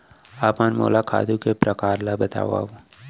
आप मन मोला खातू के प्रकार ल बतावव?